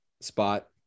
spot